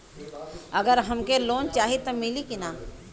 अगर हमके लोन चाही त मिली की ना?